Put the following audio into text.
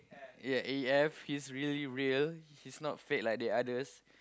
ya A_F she's really real she's not fake like the others